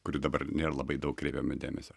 kurių dabar nėr labai daug kreipiama dėmesio